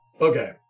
Okay